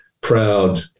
proud